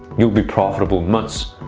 you'll be profitable much,